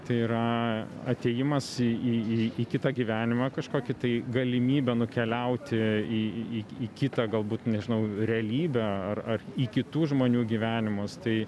tai yra atėjimas į į į kitą gyvenimą kažkokį tai galimybė nukeliauti į į į kitą galbūt nežinau realybę ar į kitų žmonių gyvenimus tai